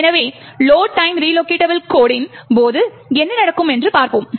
எனவே load time relocatable code டின் போது என்ன நடக்கும் என்று பார்த்தோம்